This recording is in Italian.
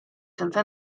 senza